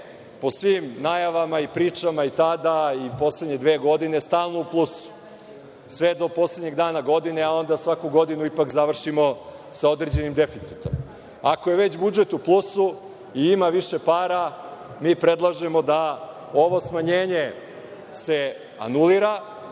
po svim najavama i pričama i tada i poslednje dve godine stalno u plusu, sve do poslednjeg dana godine, a onda svaku godinu ipak završimo sa određenim deficitom. Ako je već budžet u plusu i ima više para, mi predlažemo da se ovo smanjenje anulira